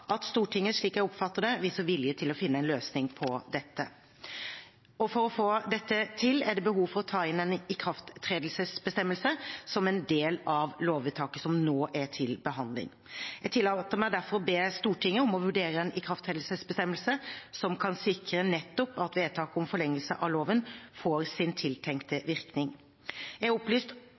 at Stortinget, slik jeg oppfatter det, viser vilje til å finne en løsning på dette. For å få dette til er det behov for å ta inn en ikrafttredelsesbestemmelse, som en del av lovvedtaket som nå er til behandling. Jeg tillater meg derfor å be Stortinget om å vurdere en ikrafttredelsesbestemmelse som kan sikre nettopp at vedtaket om forlengelse av loven får sin tiltenkte virkning. Jeg er opplyst